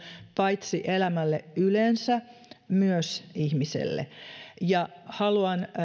paitsi elämälle yleensä myös ihmiselle haluan